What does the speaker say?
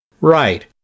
Right